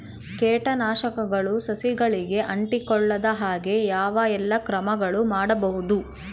ಕೇಟನಾಶಕಗಳು ಸಸಿಗಳಿಗೆ ಅಂಟಿಕೊಳ್ಳದ ಹಾಗೆ ಯಾವ ಎಲ್ಲಾ ಕ್ರಮಗಳು ಮಾಡಬಹುದು?